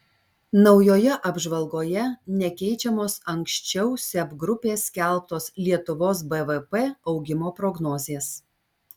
naujoje apžvalgoje nekeičiamos anksčiau seb grupės skelbtos lietuvos bvp augimo prognozės